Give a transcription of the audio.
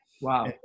Wow